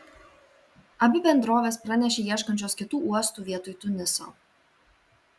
abi bendrovės pranešė ieškančios kitų uostų vietoj tuniso